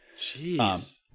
Jeez